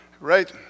Right